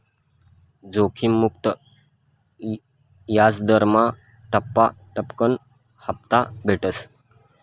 जोखिम मुक्त याजदरमा टप्पा टप्पाकन हापता भेटस